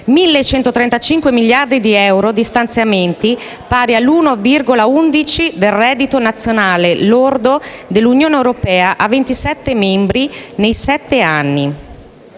1.135 miliardi di euro di stanziamenti pari all'1,11 per cento del reddito nazionale lordo dell'Unione europea a 27 membri nei sette anni.